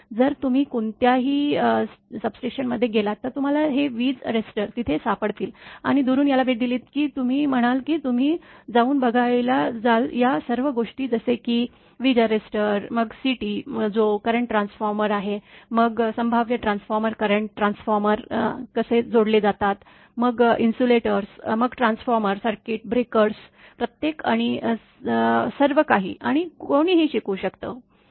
जर तुम्ही कोणत्याही सबस्टेशनमध्ये गेलात तर तुम्हाला हे वीज अरेस्टर तिथे सापडतील आणि दुरून याला भेट दिली की तुम्ही म्हणाल तुम्ही जाऊन बघायला जाल या सर्व गोष्टी जसे की वीज अरेस्टर मग CT जो करंट ट्रान्सफॉर्मर आहे मग संभाव्य ट्रान्सफॉर्मर करंट ट्रान्सफॉर्मर कसे जोडले जातात मग इन्सुलेटर्स मग ट्रान्सफॉर्मर सर्किट ब्रेकर्स प्रत्येक आणि सर्व काही आणि कोणीही शिकू शकतो